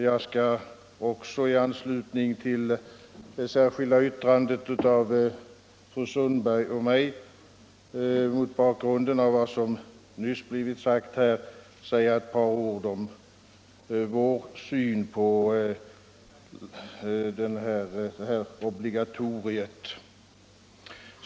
Jag skall också, i anslutning till det särskilda yttrandet av fru Sundberg och mig och mot bakgrund av vad som nyss blivit sagt, säga ett par ord om vår syn på det här obligatoriet.